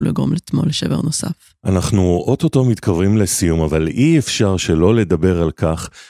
לגרום לתמול שבר נוסף.אנחנו אוטוטו מתקרבים לסיום, אבל אי אפשר שלא לדבר על כך